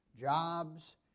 Jobs